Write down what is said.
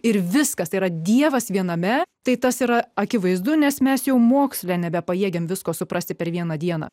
ir viskas tai yra dievas viename tai tas yra akivaizdu nes mes jau moksle nebepajėgiam visko suprasti per vieną dieną